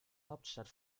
hauptstadt